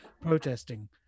protesting